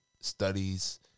Studies